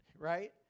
right